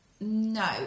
no